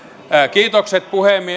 kiitokset